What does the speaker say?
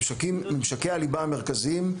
ממשקי הליבה המרכזיים,